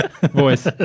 voice